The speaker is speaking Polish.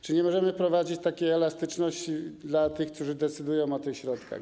Czy nie możemy wprowadzić takiej elastyczności dla tych, którzy decydują o tych środkach?